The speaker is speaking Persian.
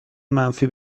منفی